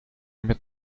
mit